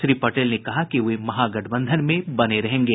श्री पटेल ने कहा कि वे महागठबंधन में बने रहेंगे